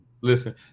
listen